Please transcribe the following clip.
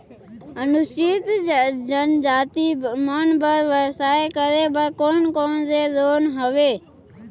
अनुसूचित जनजाति मन बर व्यवसाय करे बर कौन कौन से लोन हवे?